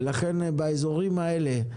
ולכן באזורים האלה,